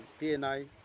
TNI